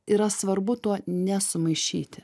yra svarbu to nesumaišyti